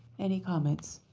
any comments?